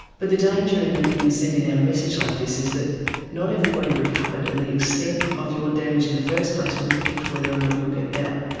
but the danger in in sending out a message like this is that not everybody recovered and the extent of your damage in the first place will depict whether or not you'll get better.